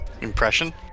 Impression